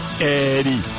Eddie